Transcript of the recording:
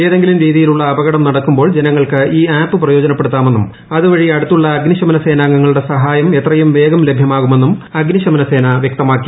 ഏതെങ്കിലും രീതിയിലുള്ള അപകടം നടക്കുമ്പോൾ ജനങ്ങൾക്ക് ഈ ആപ്പ് ഉപയോഗപ്പെടുത്താമെന്നും അതുവഴി അടുത്തുള്ള അഗ്നി ശമന സേനാംഗങ്ങളുടെ സഹായം എത്രയും വേഗം ലഭൃമാകുമെന്നും അഗ്നിശമനസേന വ്യക്തമാക്കി